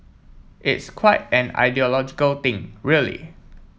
it's quite an ideological thing really